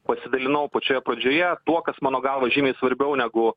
pasidalinau pačioje pradžioje tuo kas mano galva žymiai svarbiau negu